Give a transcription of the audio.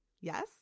Yes